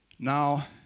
Now